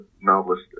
novelist